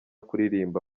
kuririmba